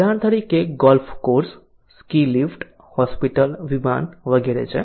ઉદાહરણો golf course ski lift hospital વિમાન વગેરે છે